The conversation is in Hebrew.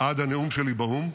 עד הנאום שלי באו"ם.